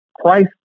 Christ